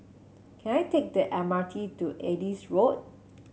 can I take the M R T to Adis Road